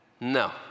No